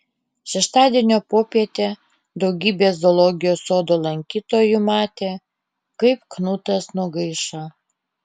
šeštadienio popietę daugybė zoologijos sodo lankytojų matė kaip knutas nugaišo